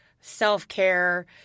self-care